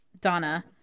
Donna